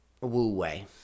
wu-wei